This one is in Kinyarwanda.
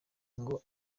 ngo